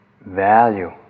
value